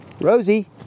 rosie